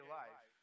life